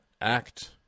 act